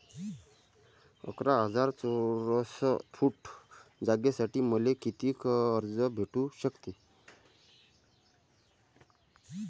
अकरा हजार चौरस फुट जागेसाठी मले कितीक कर्ज भेटू शकते?